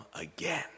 again